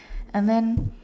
and then